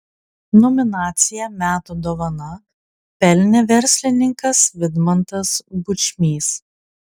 nominaciją metų dovana pelnė verslininkas vidmantas bučmys